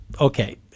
okay